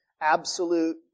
absolute